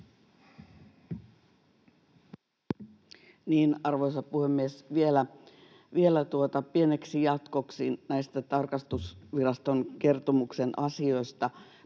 Arvoisa puhemies! Vielä pieneksi jatkoksi näihin tarkastusviraston kertomuksen asioihin